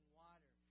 water